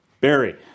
Barry